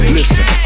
Listen